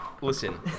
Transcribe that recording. listen